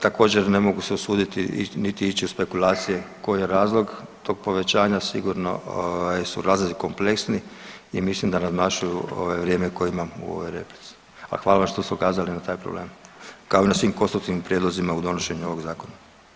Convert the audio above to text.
Također se ne mogu usuditi niti ići u spekulacije koji je razlog tog povećanja, sigurno su razlozi kompleksni i mislim da nadmašuju ovo vrijeme koje imam u ovoj replici, ali hvala vam što ste ukazali na taj problem, kao i na svim konstruktivnim prijedlozima u donošenju ovog zakona.